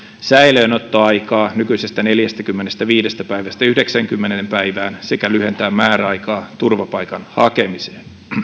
säilöönottoaikaa nykyisestä neljästäkymmenestäviidestä päivästä yhdeksäänkymmeneen päivään sekä lyhentää määräaikaa turvapaikan hakemiseen